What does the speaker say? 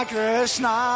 Krishna